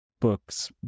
books